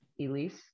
Elise